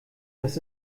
das